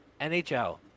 NHL